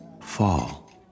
fall